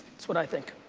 that's what i think.